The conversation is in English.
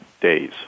days